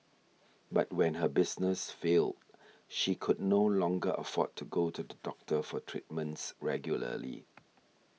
but when her business failed she could no longer afford to go to the doctor for treatments regularly